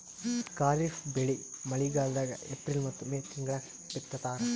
ಖಾರಿಫ್ ಬೆಳಿ ಮಳಿಗಾಲದಾಗ ಏಪ್ರಿಲ್ ಮತ್ತು ಮೇ ತಿಂಗಳಾಗ ಬಿತ್ತತಾರ